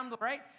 right